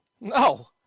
No